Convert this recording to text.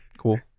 cool